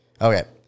Okay